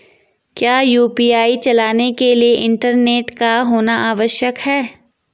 क्या यु.पी.आई चलाने के लिए इंटरनेट का होना आवश्यक है?